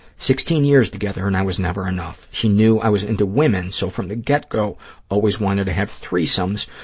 sixteen years together and i was never enough. he knew i was into women, so from the get-go always wanted to have threesomes,